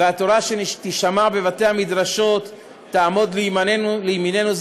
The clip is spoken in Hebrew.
והתורה שתישמע בבתי-המדרשות תעמוד לימיננו.